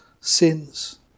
sins